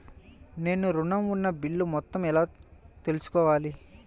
నేను ఋణం ఉన్న బిల్లు మొత్తం ఎలా తెలుసుకోవాలి?